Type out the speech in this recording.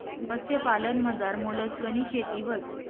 मत्स्यपालनमझार मोलस्कनी शेती व्हस